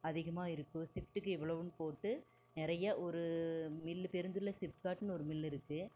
அதிகமாக இருக்குது ஷிஃப்ட்டுக்கு இவ்ளோவுன்னு போட்டு நிறைய ஒரு மில்லு பெருந்துறையில் ஸிப்காட்னு ஒரு மில்லு இருக்குது